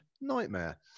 Nightmare